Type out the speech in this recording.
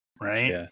Right